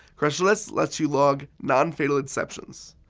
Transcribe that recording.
crashlytics lets you log nonfatal exceptions.